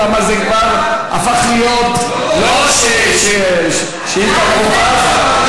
זה כבר הפך להיות לא שאילתה דחופה,